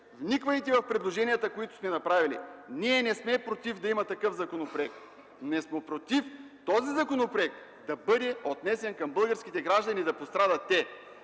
вниквайте в предложенията, които сме направили. Ние не сме против да има такъв законопроект, против сме този законопроект да бъде отнесен към българските граждани, да пострадат те.